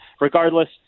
regardless